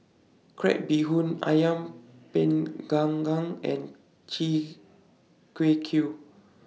Crab Bee Hoon Ayam Panggang and Chi Kak Kuih